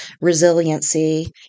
resiliency